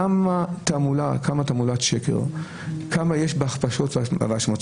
כמה תעמולת שקר והכפשות.